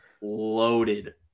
loaded